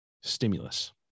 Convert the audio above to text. stimulus